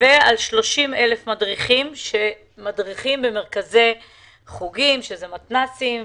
ועל 30,000 מדריכים שמדריכים במרכזי חוגים ומתנ"סים,